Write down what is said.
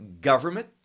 government